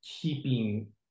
keeping